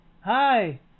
Hi